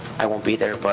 i won't be there, but